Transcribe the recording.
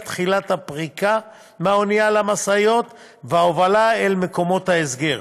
תחילת הפריקה מהאונייה למשאיות ההובלה אל מקומות ההסגר.